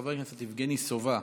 חבר הכנסת יבגני סובה,